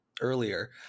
earlier